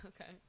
Okay